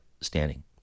standing